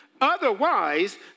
Otherwise